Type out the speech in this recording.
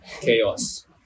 chaos